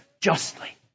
justly